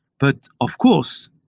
but of course,